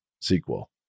sequel